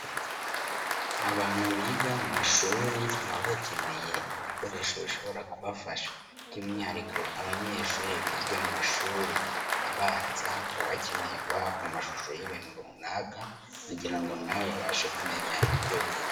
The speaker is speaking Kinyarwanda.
Abantu biga mu mashuri baba bakeneye ibikoresho bishobora kubafasha by'umwihariko abanyeshuri biga mu mashuri abanza baba bakeneye guhabwa amashusho y'ibintu runaka kugira ngo na bo babashe kumenya ibyo biga.